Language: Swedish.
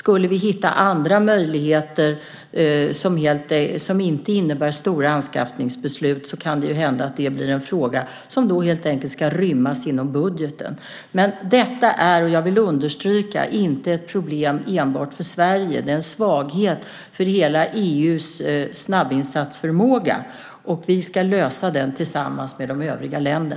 Om vi hittar andra möjligheter som inte innebär stora anskaffningsbeslut, kan det hända att det blir en fråga som ska rymmas inom budgeten. Jag vill understryka att detta inte är ett problem enbart för Sverige. Det är en svaghet för hela EU:s snabbinsatsförmåga. Vi ska lösa problemet tillsammans med övriga länder.